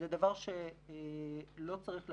זה דבר שלא צריך לעשות.